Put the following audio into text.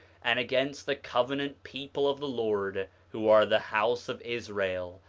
and against the covenant people of the lord who are the house of israel,